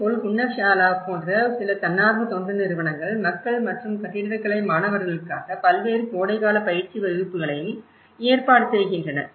இதேபோல் ஹுன்னர்ஷாலா போன்ற சில தன்னார்வ தொண்டு நிறுவனங்கள் மக்கள் மற்றும் கட்டிடக்கலை மாணவர்களுக்காக பல்வேறு கோடைகால பயிற்சி வகுப்புகளையும் ஏற்பாடு செய்கின்றன